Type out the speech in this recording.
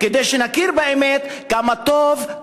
כדי שנכיר באמת כמה טוב,